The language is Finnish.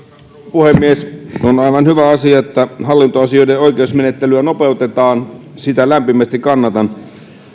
puhemies on aivan hyvä asia että hallintoasioiden oikeusmenettelyä nopeutetaan sitä lämpimästi kannatan